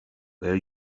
where